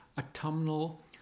Autumnal